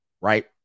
right